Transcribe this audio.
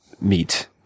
meet